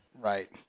Right